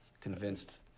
convinced